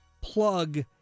Plug